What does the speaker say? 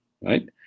right